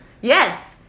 Yes